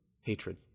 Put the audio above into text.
hatred